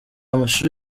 amashusho